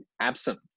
absent